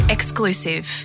Exclusive